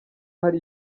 hari